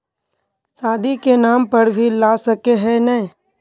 शादी के नाम पर भी ला सके है नय?